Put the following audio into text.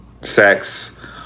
sex